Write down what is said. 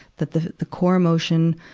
that the, the core emotion,